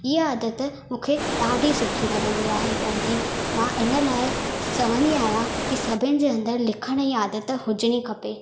हीअ आदत मूंखे ॾाढी सुठी लॻंदी आहे पंहिंजी मां इन लाइ चवंदी आहियां की सभिनि जे अंदरि लिखण जी आदत हुजिणी खपे